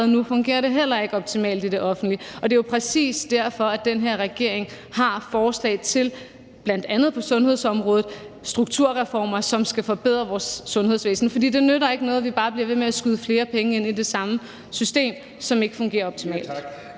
nu, fungerer det heller ikke optimalt i det offentlige, og det er jo præcis derfor, den her regering har forslag til, bl.a. på sundhedsområdet, strukturreformer, som skal forbedre vores sundhedsvæsen. For det nytter ikke noget, at vi bare bliver ved med at skyde flere penge ind i det samme system, som ikke fungerer optimalt.